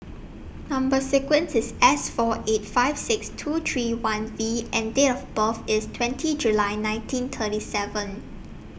Number sequence IS S four eight five six two three one V and Date of birth IS twenty July nineteen thirty seven